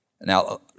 Now